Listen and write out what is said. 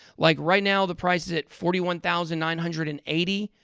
like, right now, the price is at forty one thousand nine hundred and eighty